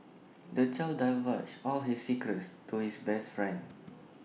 the child divulged all his secrets to his best friend